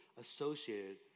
associated